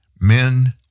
men